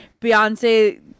beyonce